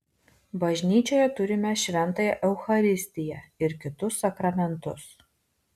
bažnyčioje turime šventąją eucharistiją ir kitus sakramentus